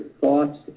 thoughts